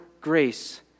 grace